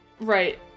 Right